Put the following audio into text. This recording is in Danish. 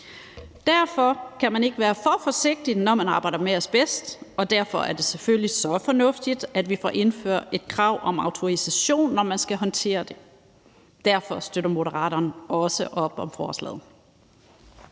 Derfor kan man ikke være for forsigtig, når man arbejder med asbest, og derfor er det selvfølgelig så fornuftigt, at vi får indført et krav om autorisation, når man skal håndtere det. Derfor støtter Moderaterne også op om forslaget.